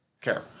care